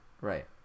Right